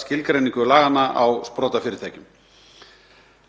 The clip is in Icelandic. skilgreiningu laganna á sprotafyrirtækjum.